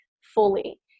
fully